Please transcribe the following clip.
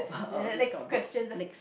ne~ next question ah